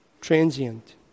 transient